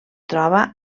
troba